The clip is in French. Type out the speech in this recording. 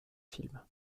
film